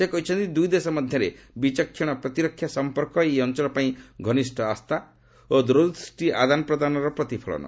ସେ କହିଛନ୍ତି ଦୁଇ ଦେଶ ମଧ୍ୟରେ ବିଚକ୍ଷଣ ପ୍ରତିରକ୍ଷା ସମ୍ପର୍କ ଏହି ଅଞ୍ଚଳ ପାଇଁ ଘନିଷ୍ଠ ଆସ୍ଥା ଓ ଦୂରଦୃଷ୍ଟି ଆଦାନ ପ୍ରଦାନର ପ୍ରତିଫଳନ